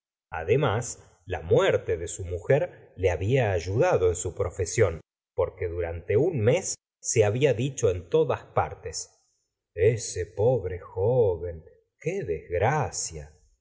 además la muerte de su mujer le había ayudado en su profesión porque durante un mes se había dicho en todas partes ese pobre joven qué desgracia